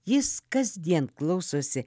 jis kasdien klausosi